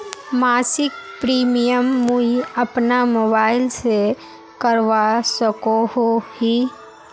मासिक प्रीमियम मुई अपना मोबाईल से करवा सकोहो ही?